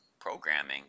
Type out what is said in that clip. programming